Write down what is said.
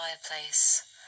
fireplace